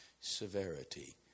severity